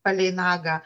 palei nagą